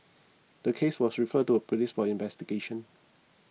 the case was referred to the police for investigation